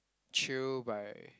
chill by